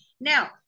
Now